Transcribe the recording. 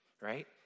right